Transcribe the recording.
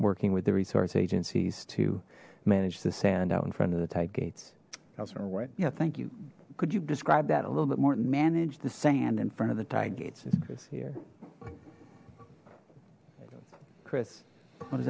working with the resource agencies to manage the sand out in front of the tight gates alright yeah thank you could you describe that a little bit more to manage the sand in front of the tide gates is chris here chris what does